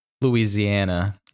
Louisiana